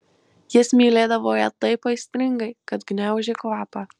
jis mylėdavo ją taip aistringai kad gniaužė kvapą